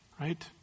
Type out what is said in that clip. right